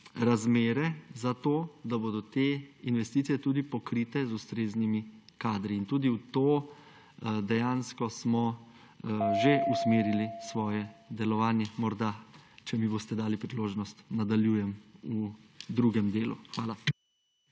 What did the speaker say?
razmere za to, da bodo te investicije tudi pokrite z ustreznimi kadri. Tudi v to dejansko smo že usmerili svoje delovanje. Morda, če mi boste dali priložnost, nadaljujem v drugem delu. Hvala.